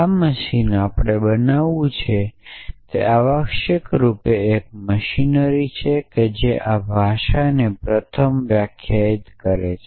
આ મશીન આપણે બનાવવું છે તે આવશ્યક રૂપે એક મશીનરી છે જે આ ભાષાને પ્રથમ વ્યાખ્યાયિત કરે છે